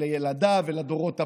לילדיו ולדורות הבאים.